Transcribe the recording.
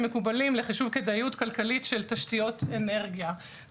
מקובלים לחישוב כדאיות כלכלית של תשתיות אנרגיה.